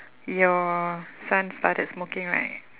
your son started smoking right